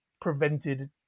prevented